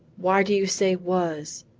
why do you say was?